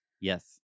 Yes